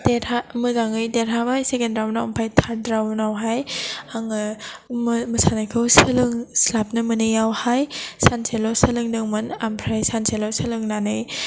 मोजाङै देरहाबाय ओमफ्राय थार्द राउन्डआवहाय आङो मोसानायखौ सोलोंस्लाबनो मोनैआवहाय सानसेल' सोलोंदोंमोन ओमफ्राय सानसेल' सोलोंनानै